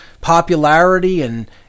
popularity—and